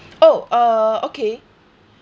oh uh okay